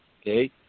okay